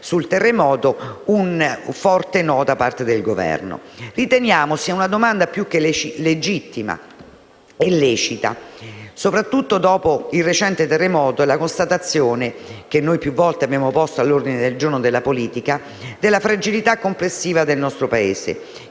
sul terremoto, un forte no da parte del Governo. Riteniamo sia una domanda più che legittima e lecita, dopo il recente terremoto e la constatazione - noi più volte l'abbiamo posta all'ordine del giorno della politica - della fragilità complessiva del nostro Paese,